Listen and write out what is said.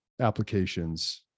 applications